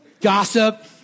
Gossip